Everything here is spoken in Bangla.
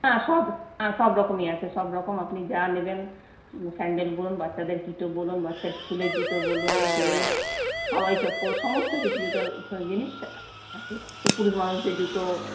হ্যাঁ সব হ্যাঁ সবরকমই আছে সবরকম আপনি যা নেবেন স্যান্ডেল বলুন বাচ্চাদের কিটো বলুন বাচ্চার স্কুলের জুতো বলুন কেডস হাওয়াই চপ্পল সমস্ত কিছু জুতোর জিনিস আছে পুরুষ মানুষদের জুতো